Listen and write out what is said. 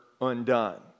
undone